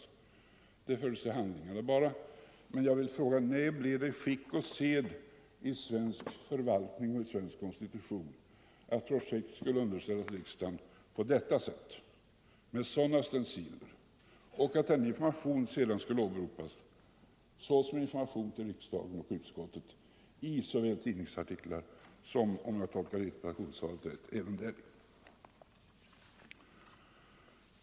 Det lades därför bara till handlingarna. Jag vill nu fråga: När blev det skick och sed i svensk förvaltning och svensk konstitution att projekt skall underställas riksdagen på detta sätt? Med sådana stenciler? Och att denna information sedan skall kunna åberopas som information till riksdagen och utskottet i såväl tidningsartiklar som — om jag tolkar interpellationssvaret rätt - även däri?